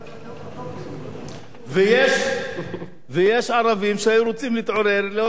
ויש ערבים שהיו רוצים להתעורר ולמצוא, אין יהודי.